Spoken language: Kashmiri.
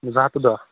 زٕ ہتھ تہٕ دَہ